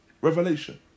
revelation